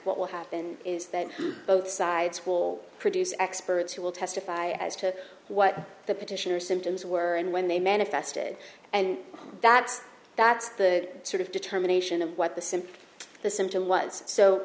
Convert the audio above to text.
what will happen is that both sides will produce experts who will testify as to what the petitioner symptoms were and when they manifested and that's that's the sort of determination of what the simply the symptom was so